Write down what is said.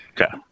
Okay